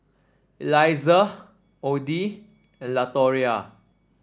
Eliza Oddie and Latoria